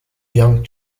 young